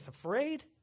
afraid